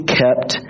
kept